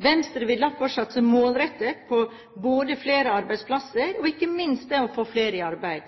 Venstre vil derfor satse målrettet på både flere arbeidsplasser og ikke minst på å få flere i arbeid.